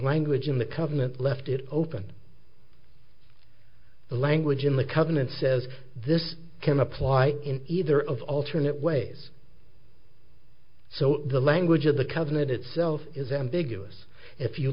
language in the covenant left it open the language in the covenant says this can apply in either of alternate ways so the language of the covenant itself is ambiguous if you